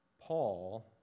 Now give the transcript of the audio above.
Paul